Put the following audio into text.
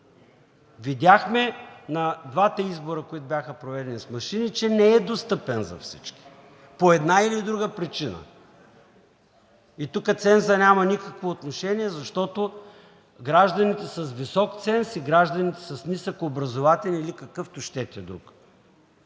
видяхме на двата избора, които бяха проведени с машини, че не е достъпен за всички по една или друга причина. Тук цензът няма никакво отношение, защото гражданите с висок ценз и гражданите с нисък образователен или какъвто щете друг